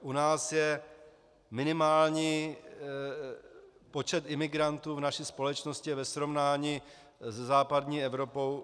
U nás je minimální počet imigrantů, v naší společnosti, ve srovnání se západní Evropou.